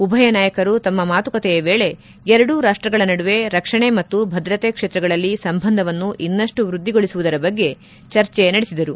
ಉಭಯ ನಾಯಕರು ತಮ್ಮ ಮಾತುಕತೆಯ ವೇಳೆ ಎರಡೂ ರಾಷ್ಟಗಳ ನಡುವೆ ರಕ್ಷಣೆ ಮತ್ತು ಭದ್ರತೆ ಕ್ಷೇತ್ರಗಳಲ್ಲಿ ಸಂಬಂಧವನ್ನು ಇನ್ನಷ್ಟು ವೃದ್ದಿಗೊಳಿಸುವುದರ ಬಗ್ಗೆ ಚರ್ಚೆ ನಡೆಸಿದರು